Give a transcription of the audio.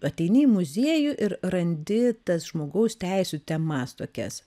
ateini į muziejų ir randi tas žmogaus teisių temas tokias